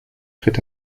tritt